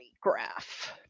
graph